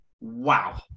wow